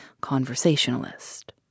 conversationalist